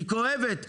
היא כואבת ,